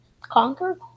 Conquer